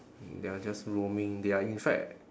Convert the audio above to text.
they are just roaming they are in fact